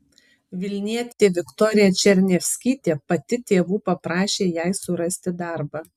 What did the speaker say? vilnietė viktorija černiavskytė pati tėvų paprašė jai surasti darbą